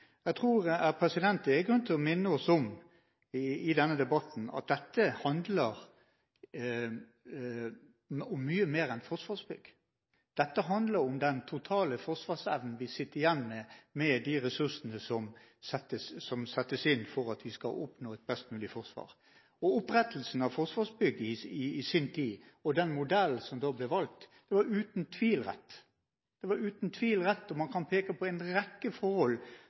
Jeg tror det i denne debatten er grunn til å minne om at dette handler om mye mer enn Forsvarsbygg; dette handler om den totale forsvarsevnen vi sitter igjen med, med de ressursene som settes inn for at vi skal oppnå et best mulig forsvar. Opprettelsen av Forsvarsbygg i sin tid og den modell som da ble valgt, var uten tvil rett. Det var uten tvil rett. Man kan peke på en rekke forhold